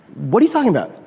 what are you talking about?